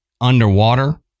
underwater